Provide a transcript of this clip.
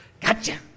Gotcha